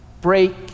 break